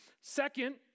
Second